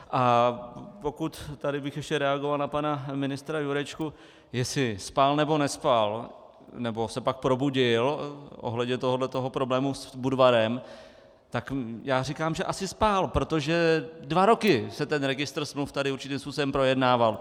A pokud tady bych ještě reagoval na pana ministra Jurečku, jestli spal, nebo nespal, nebo se pak probudil ohledně tohoto problému s Budvarem, tak já říkám, že asi spal, protože dva roky se registr smluv tady určitým způsobem projednával.